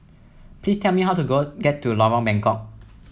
please tell me how to go get to Lorong Bengkok